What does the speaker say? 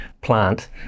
plant